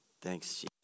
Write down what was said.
Thanks